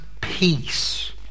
peace